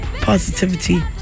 positivity